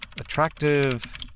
Attractive